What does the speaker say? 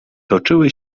toczyły